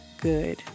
good